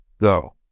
Go